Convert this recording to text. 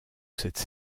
cette